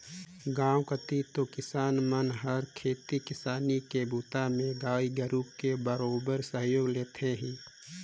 गांव कति तो किसान मन हर खेती किसानी के बूता में गाय गोरु के बरोबेर सहयोग लेथें ही